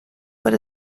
but